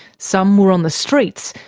some were on the streets,